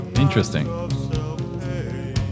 Interesting